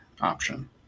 option